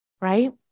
right